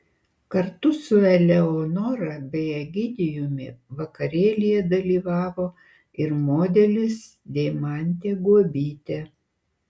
kartu su eleonora bei egidijumi vakarėlyje dalyvavo ir modelis deimantė guobytė